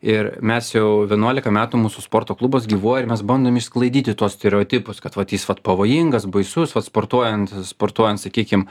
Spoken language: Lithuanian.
ir mes jau vienuolika metų mūsų sporto klubas gyvuoja ir mes bandom išsklaidyti tuos stereotipus kad vat jis vat pavojingas baisus vat sportuojant sportuojant sakykim